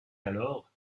alors